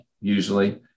usually